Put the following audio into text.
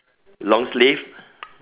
long sleeve